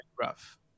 rough